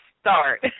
start